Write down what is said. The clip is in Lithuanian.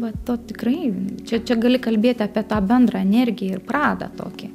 va to tikrai čia čia gali kalbėti apie tą bendrą energiją ir pradą tokį